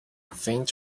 faint